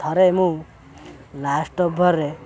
ଥରେ ମୁଁ ଲାଷ୍ଟ୍ ଓଭର୍ରେ